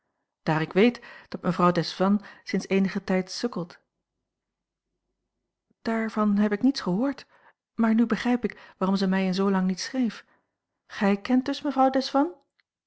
daar ik weet dat mevrouw desvannes sinds eenigen tijd sukkelt daarvan heb ik niets gehoord maar nu begrijp ik waarom zij mij in zoo lang niet schreef gij kent dus mevrouw desvannes